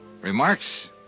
Remarks